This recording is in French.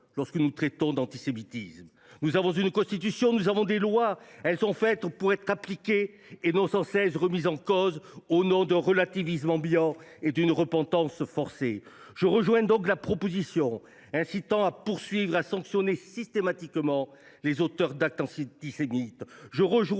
lors qu’il est question d’antisémitisme. Nous avons une Constitution et des lois. Elles sont faites pour être appliquées et non pour être sans cesse remises en cause au nom d’un relativisme ambiant et d’une repentance forcée. Je rejoins donc la proposition incitant à poursuivre et à sanctionner systématiquement les auteurs d’actes antisémites.